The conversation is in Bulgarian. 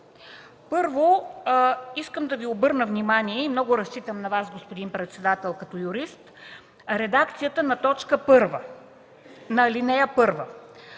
Първо, искам да Ви обърна внимание и много разчитам на Вас, господин председател, като юрист, на редакцията на т. 1 на ал. 1.